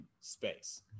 space